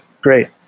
great